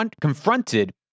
confronted